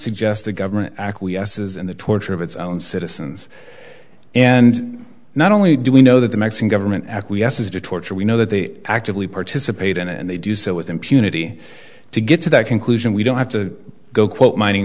suggest the government acquiesces and the torture of its own citizens and not only do we know that the mexican government acquiesces to torture we know that they actively participate in it and they do so with impunity to get to that conclusion we don't have to go quote mining